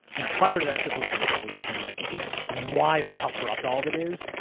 and prior to that civil service revolution, like it's wild how corrupt all of it is.